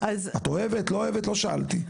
את אוהבת לא אוהבת לא שאלתי,